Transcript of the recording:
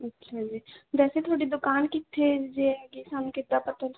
ਅੱਛਾ ਜੀ ਵੈਸੇ ਤੁਹਾਡੀ ਦੁਕਾਨ ਕਿੱਥੇ ਹੈ ਜੇ ਹੈਗੀ ਸਾਨੂੰ ਕਿੱਦਾਂ ਪਤਾ ਲ